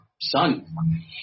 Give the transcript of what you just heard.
son